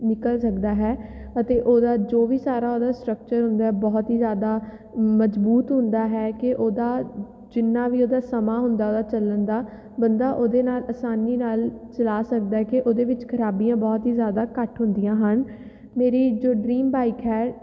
ਨਿਕਲ ਸਕਦਾ ਹੈ ਅਤੇ ਉਹਦਾ ਜੋ ਵੀ ਸਾਰਾ ਉਹਦਾ ਸਟਕਚਰ ਹੁੰਦਾ ਹੈ ਬਹੁਤ ਹੀ ਜ਼ਿਆਦਾ ਮਜ਼ਬੂਤ ਹੁੰਦਾ ਹੈ ਕਿ ਉਹਦਾ ਜਿੰਨਾ ਵੀ ਉਹਦਾ ਸਮਾਂ ਹੁੰਦਾ ਉਹਦਾ ਚੱਲਣ ਦਾ ਬੰਦਾ ਉਹਦੇ ਨਾਲ ਆਸਾਨੀ ਨਾਲ ਚਲਾ ਸਕਦਾ ਕਿ ਉਹਦੇ ਵਿੱਚ ਖਰਾਬੀਆਂ ਬਹੁਤ ਹੀ ਜ਼ਿਆਦਾ ਘੱਟ ਹੁੰਦੀਆਂ ਹਨ ਮੇਰੀ ਜੋ ਡਰੀਮ ਬਾਈਕ ਹੈ